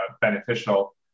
beneficial